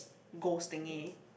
ghost thingy